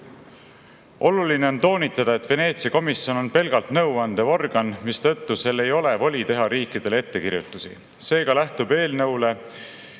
Oluline on toonitada, et Veneetsia komisjon on pelgalt nõuandev organ, mistõttu sel ei ole voli teha riikidele ettekirjutusi. Seega lähtub eelnõule